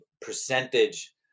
percentage